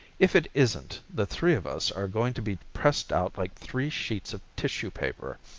if it isn't, the three of us are going to be pressed out like three sheets of tissue paper!